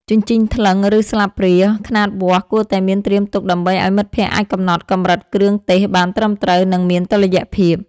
ជញ្ជីងថ្លឹង ឬស្លាបព្រាខ្នាតវាស់ គួរតែមានត្រៀមទុកដើម្បីឱ្យមិត្តភក្តិអាចកំណត់កម្រិតគ្រឿងទេសបានត្រឹមត្រូវ និងមានតុល្យភាព។